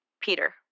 Peter